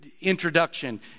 introduction